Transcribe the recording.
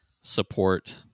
support